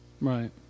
Right